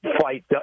fight